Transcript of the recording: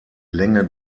länge